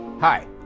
Hi